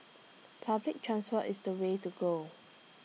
public transport is the way to go